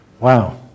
wow